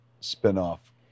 spin-off